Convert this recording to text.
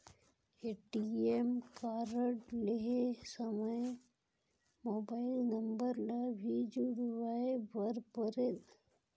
ATM card लहे समय mobile number ला भी जुड़वाए बर परेल?